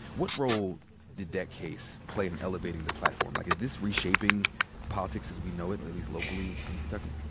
what role did that case play in elevating the platform? like, is this reshaping politics as we know, at least locally in kentucky?